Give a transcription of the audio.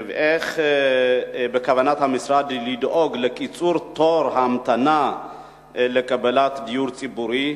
איך בכוונת המשרד לדאוג לקיצור תור ההמתנה לקבלת דיור ציבורי?